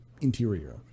interior